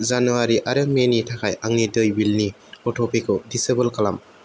जानुवारि आरो मेनि थाखाय आंनि दै बिलनि अट'पेखौ दिसेबोल खालाम